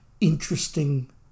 interesting